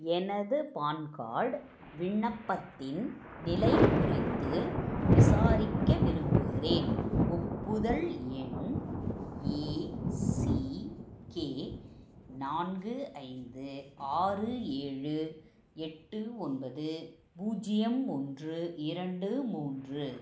எனது PAN card விண்ணப்பத்தின் நிலை குறித்து விசாரிக்க விரும்புகிறேன் ஒப்புதல் எண் ஏ சி கே நான்கு ஐந்து ஆறு ஏழு எட்டு ஒன்பது பூஜ்ஜியம் ஒன்று இரண்டு மூன்று